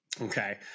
Okay